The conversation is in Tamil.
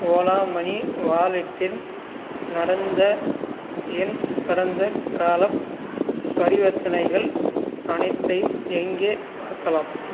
ஓலா மனி வாலெட்டில் நடந்த என் கடந்த கால பரிவர்த்தனைகள் அனைத்தையும் எங்கே பார்க்கலாம்